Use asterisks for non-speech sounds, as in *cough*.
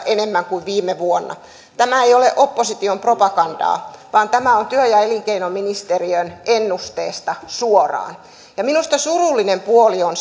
*unintelligible* enemmän kuin viime vuonna tämä ei ole opposition propagandaa vaan tämä on työ ja elinkeinoministeriön ennusteesta suoraan minusta surullinen puoli on *unintelligible*